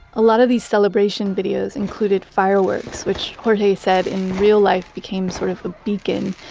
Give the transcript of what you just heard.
a lot of these celebration videos included fireworks, which jorge said in real life became sort of a beacon.